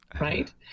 right